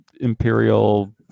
imperial